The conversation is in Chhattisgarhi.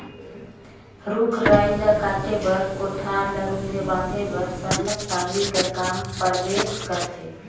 रूख राई ल काटे बर, कोठार ल रूधे बांधे बर सरलग टागी कर काम परबे करथे